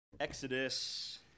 Exodus